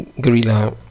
guerrilla